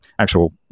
actual